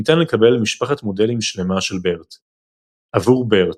ניתן לקבל משפחת מודלים שלמה של BERT. עבור BERT